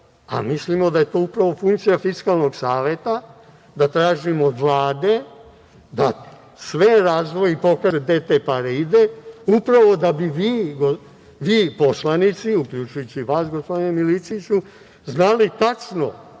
a mislimo da je to upravo funkcija Fiskalnog saveta, da tražimo od Vlade da sve razdvoji, da pokaže gde te pare idu upravo da bi vi, poslanici, uključujući i vas, gospodine Milićeviću, znali tačno,